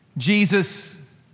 Jesus